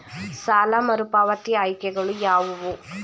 ಸಾಲ ಮರುಪಾವತಿ ಆಯ್ಕೆಗಳು ಯಾವುವು?